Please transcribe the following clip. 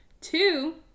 Two